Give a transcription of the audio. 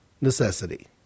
necessity